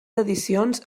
edicions